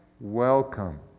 welcome